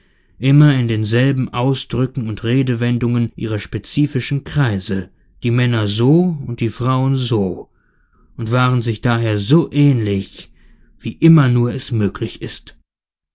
immer in denselben ausdrücken und redewendungen ihrer spezifischen kreise die männer so und die frauen so und waren sich daher so ähnlich wie immer nur es möglich ist